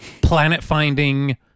planet-finding